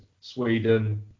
Sweden